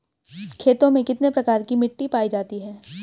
खेतों में कितने प्रकार की मिटी पायी जाती हैं?